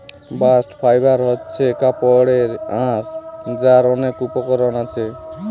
bast fibre হচ্ছে কাপড়ের আঁশ যার অনেক উপকরণ আছে